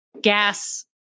gas